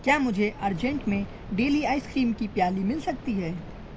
کیا مجھے ارجنٹ میں دہلی آئس کریم کی پیالی مل سکتی ہے